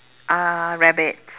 uh rabbits